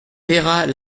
peyrat